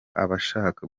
abashaka